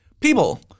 people